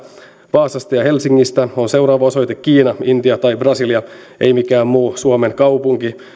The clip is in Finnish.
vaasasta ja helsingistä on on seuraava osoite kiina intia tai brasilia ei mikään muu suomen kaupunki